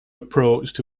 approached